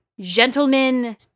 Gentlemen